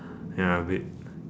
ya a bit